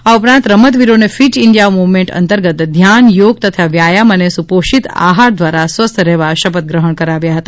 આ ઉપરાંત રમતવીરોને ફિટ ઈન્ડિયા મુવમેન્ટ અંતર્ગત ધ્યાન યોગ તથા વ્યાયામ અને સુપોષિત આહાર દ્વારા સ્વસ્થ રહેવા શપથ ગ્રહણ કરાવ્યા હતા